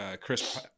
Chris